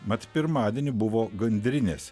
mat pirmadienį buvo gandrinės